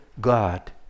God